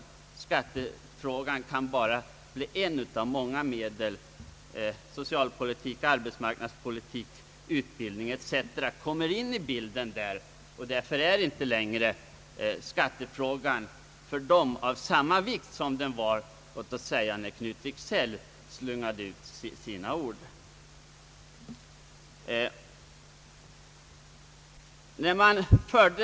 Skattefrågan kan bara bli ett av många medel. Socialpolitik, arbetsmarknadspolitik, utbildning etc. kommer in i bilden där. Därför är skattefrågan för dem inte på långa vägar av samma vikt som den var när Knut Wicksell slungade ut sina fräna ord.